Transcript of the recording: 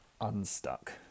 unstuck